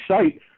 site